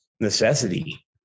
necessity